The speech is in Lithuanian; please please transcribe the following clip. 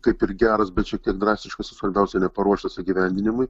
kaip ir geras bet šiek tiek drastiškas ir svarbiausia neparuoštas įgyvendinimui